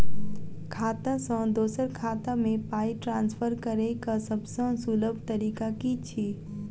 खाता सँ दोसर खाता मे पाई ट्रान्सफर करैक सभसँ सुलभ तरीका की छी?